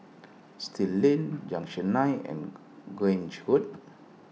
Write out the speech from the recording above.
Still Lane Junction nine and Grange Road